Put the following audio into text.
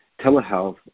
telehealth